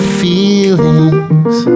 feelings